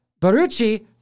barucci